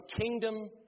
kingdom